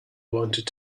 wanted